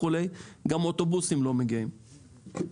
גם אוטובוסים לא מגיעים.